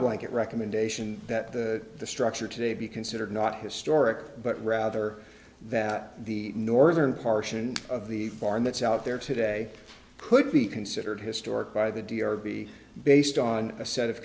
blanket recommendation that the structure today be considered not historic but rather that the northern parchin of the farm that's out there today could be considered historic by the d or be based on a set of